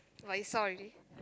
but you saw already